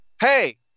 hey